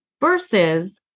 versus